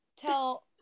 tell